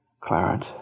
Clarence